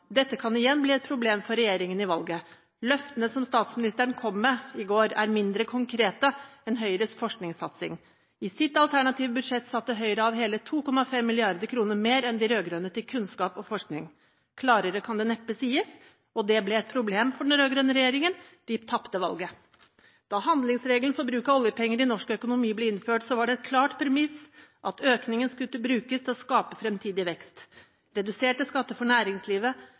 Dette kan igjen bli et problem for regjeringen i valget. Løftene som statsministeren kom med i går, er mindre konkrete enn Høyres forskningssatsing. I sitt alternative budsjett satte Høyre av hele 2,5 milliarder kroner mer enn de rødgrønne til kunnskap og forskning.» Klarere kan det neppe sies. Og det ble et problem for den rød-grønne regjeringen – de tapte valget. Da handlingsregelen for bruk av oljepenger i norsk økonomi ble innført, var det et klart premiss at økningen skulle brukes til å skape fremtidig vekst. Reduserte skatter for næringslivet,